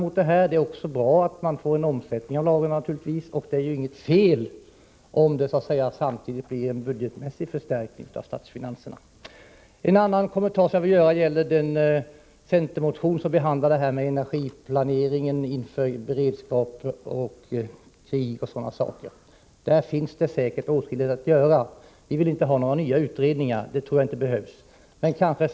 Det är bra att det sker en omsättning i lagren. Det är inget fel om det samtidigt blir en budgetmässig förstärkning av statsfinanserna. En annan kommentar som jag vill göra gäller den centermotion som behandlar energiplaneringen och beredskapen inför krig m.m. På detta område finns det säkert åtskilligt att göra, men vi vill inte ha nya utredningar — det behövs inte.